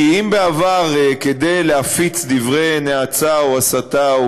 כי אם בעבר, כדי להפיץ דברי נאצה או הסתה או